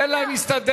תן לה, היא מסתדרת.